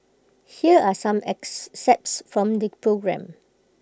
here are some excerpts from the programme